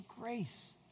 grace